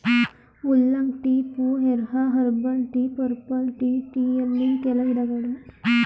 oolong tea, pu erh, herbal tea, purple tea ಟೀಯಲ್ಲಿನ್ ಕೆಲ ವಿಧಗಳು